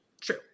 true